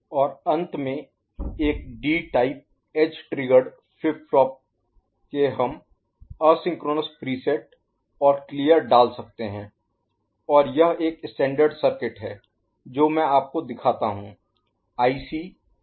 और अंत में एक D type edge triggered flip flop के लिए हम एसिंक्रोनस प्रीसेट और क्लियर डाल सकते हैं और यह एक स्टैण्डर्ड Standard मानक सर्किट है जो मैं आपको दिखाता हूं आईसी 7474 है